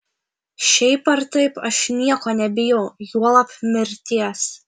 šiaip ar taip aš nieko nebijau juolab mirties